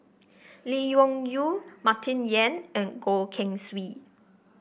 Lee Wung Yew Martin Yan and Goh Keng Swee